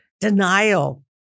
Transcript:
denial